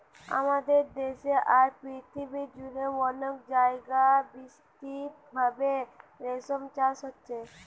আমাদের দেশে আর পৃথিবী জুড়ে অনেক জাগায় বিস্তৃতভাবে রেশম চাষ হচ্ছে